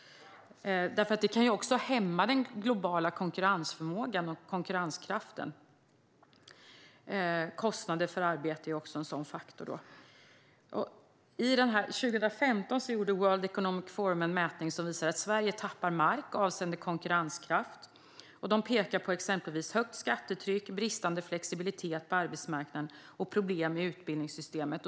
Det kan ju också hämma den globala konkurrensförmågan och konkurrenskraften. Kostnader för arbete är också en sådan faktor. År 2015 gjorde World Economic Forum en mätning som visar att Sverige tappar mark avseende konkurrenskraft. De pekar exempelvis på högt skattetryck, bristande flexibilitet på arbetsmarknaden och problem i utbildningssystemet.